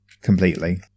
completely